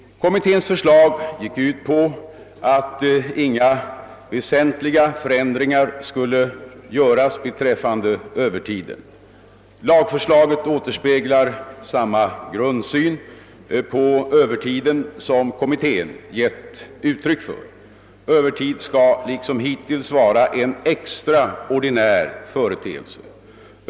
Kommitténs förslag gick ut på att inga väsentliga förändringar skulle göras beträffande övertiden. Lagförslaget återspeglar samma grundsyn på övertiden som kommittén gett uttryck åt. Övertid skall liksom hittills vara en extraordinär företeelse.